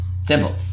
Simple